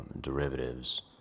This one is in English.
derivatives